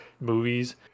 movies